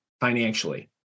financially